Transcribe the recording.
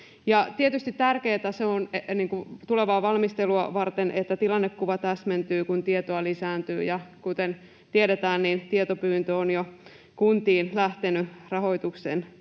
Tietysti tärkeätä on tulevaa valmistelua varten, että tilannekuva täsmentyy, kun tieto lisääntyy, ja kuten tiedetään, niin tietopyyntö on jo kuntiin lähtenyt rahoituksen suunnittelua